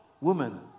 Woman